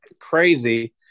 crazy